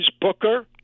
Booker